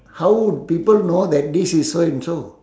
how would people know that this is so and so